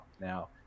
Now